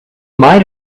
might